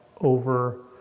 over